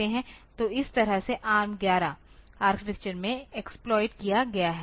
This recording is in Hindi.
तो इस तरह से ARM11 आर्किटेक्चर में एक्सप्लॉइट किया गया है